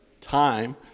time